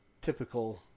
typical